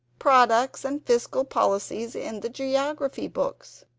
products, and fiscal policies, in the geography books.